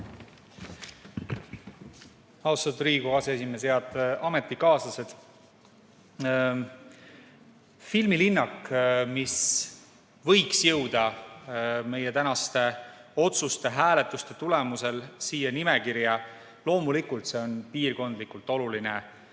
Austatud Riigikogu aseesimees! Head ametikaaslased! Filmilinnak, mis võiks jõuda meie tänase otsuse hääletuse tulemusel siia nimekirja, on loomulikult piirkondlikult oluline küsimus.